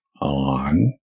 on